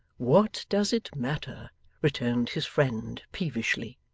what does it matter returned his friend peevishly.